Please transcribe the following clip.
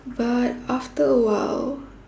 but after awhile